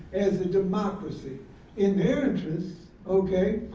as a democracy in their interests, okay.